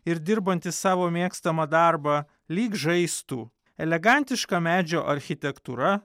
ir dirbantys savo mėgstamą darbą lyg žaistų elegantiška medžio architektūra